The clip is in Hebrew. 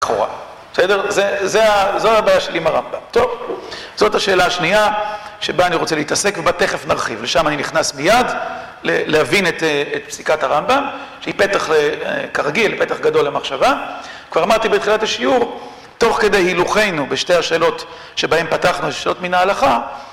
קורה. בסדר? זה... זה ה... זו הבעיה שלי עם הרמב״ם. טוב? זאת השאלה השנייה שבה אני רוצה להתעסק ובה תכף נרחיב. ושם אני נכנס מיד להבין את פסיקת הרמב״ם, שהיא פתח, כרגיל, פתח גדול למחשבה. כבר אמרתי בתחילת השיעור, תוך כדי הילוכנו בשתי השאלות שבהן פתחנו כשאלות מן ההלכה...